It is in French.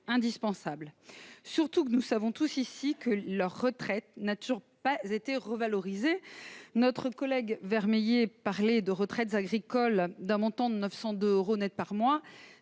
indispensable, d'autant que, nous le savons tous, leur retraite n'a toujours pas été revalorisée. Notre collègue Sylvie Vermeillet évoquait des retraites agricoles d'un montant de 902 euros nets par mois.